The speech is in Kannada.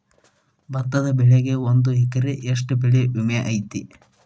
ಭತ್ತದ ಬೆಳಿಗೆ ಒಂದು ಎಕರೆಗೆ ಎಷ್ಟ ಬೆಳೆ ವಿಮೆ ಐತಿ?